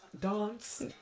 Dance